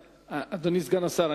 אדוני סגן השר,